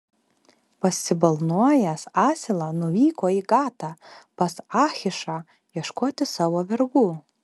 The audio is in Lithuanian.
pasibalnojęs asilą nuvyko į gatą pas achišą ieškoti savo vergų